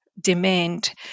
demand